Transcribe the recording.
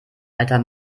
alter